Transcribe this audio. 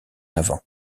avant